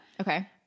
Okay